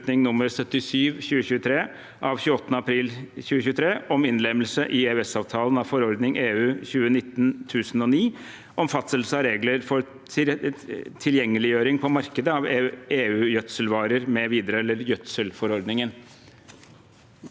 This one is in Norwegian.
nr. 77/2023 av 28. april 2023 om innlemmelse i EØS-avtalen av forordning (EU) 2019/1009 om fastsettelse av regler for tilgjengeliggjøring på markedet av EU-gjødselvarer mv. (gjødselforordningen)